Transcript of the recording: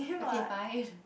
okay fine